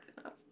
enough